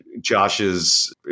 Josh's